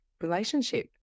relationship